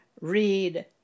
read